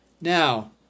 now